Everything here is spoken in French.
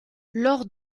lors